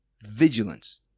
vigilance